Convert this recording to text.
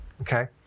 Okay